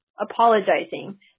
apologizing